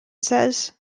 says